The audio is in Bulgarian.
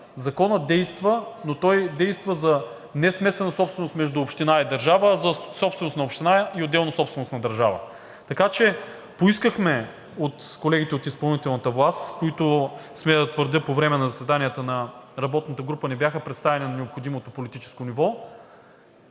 Законът действа, но той действа за несмесена собственост между община и държава, а за собственост на община и отделно собственост на държава. Така че поискахме от колегите от изпълнителната власт, които, смея да твърдя, по време на заседанията на работната група не бяха представени на необходимото политическо ниво,